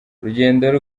urugendo